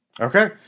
okay